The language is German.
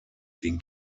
den